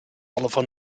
oliver